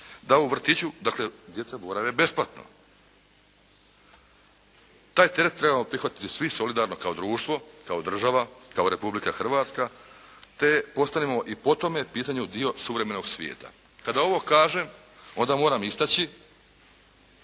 da u vrtiću, dakle, djeca borave besplatno. Taj teret trebamo prihvatiti svi solidarno, kao društvo, kao država, kao Republika Hrvatska, te postanemo i po tome pitanju dio suvremenog svijeta. Kada ovo kažem, onda moram istaći